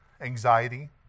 anxiety